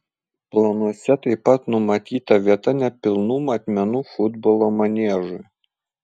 planuose taip pat numatyta vieta nepilnų matmenų futbolo maniežui